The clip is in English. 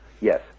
yes